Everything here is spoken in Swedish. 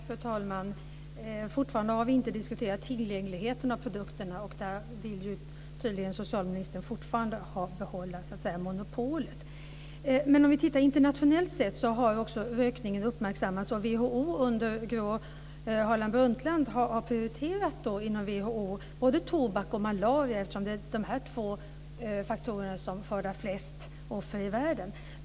Fru talman! Vi har fortfarande inte diskuterat frågan om tillgängligheten av produkterna. Där vill tydligen socialministern fortfarande behålla monopolet. Tittar vi internationellt sett har rökningen uppmärksammats av WHO. Gro Harlem Brundtland har inom WHO prioriterat både tobak och malaria. Det är de två faktorerna som skördar flest offer i världen.